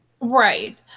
Right